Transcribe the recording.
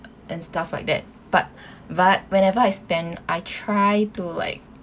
and stuff like that but but whenever I spend I try to like